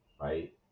right